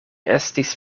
estis